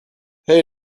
hey